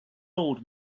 old